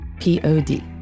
P-O-D